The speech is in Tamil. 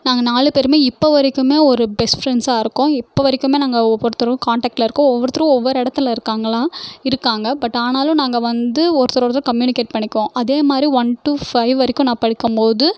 நாங்கள் நாலு பேரும் இப்போ வரைக்குமே ஒரு பெஸ்ட் ஃப்ரெண்ட்ஸாக இருக்கோம் இப்போ வரைக்கும் நாங்கள் ஒவ்வொருத்தரும் கான்டக்டில் இருக்கோம் ஒவ்வொருத்தரும் ஒவ்வொரு இடத்துல இருக்காங்களாம் இருக்காங்க பட் ஆனாலும் நாங்கள் வந்து ஒருத்தர் ஒருத்தர் கம்முயூனிகேட் பண்ணிக்குவோம் அதே மாதிரி ஒன் டூ ஃபைவ் வரைக்கும் நான் படிக்கும்மோது